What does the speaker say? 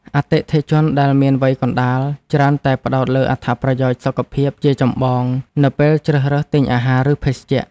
អតិថិជនដែលមានវ័យកណ្តាលច្រើនតែផ្តោតលើអត្ថប្រយោជន៍សុខភាពជាចម្បងនៅពេលជ្រើសរើសទិញអាហារ ឬភេសជ្ជៈ។